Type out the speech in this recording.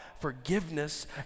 forgiveness